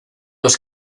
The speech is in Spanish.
los